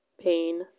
pain